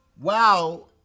Wow